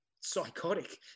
psychotic